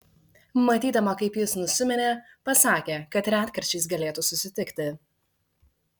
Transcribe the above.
matydama kaip jis nusiminė pasakė kad retkarčiais galėtų susitikti